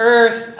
Earth